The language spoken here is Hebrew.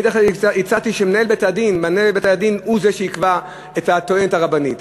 הצעתי שמנהל בתי-הדין הוא זה שיקבע את הטוענת הרבנית.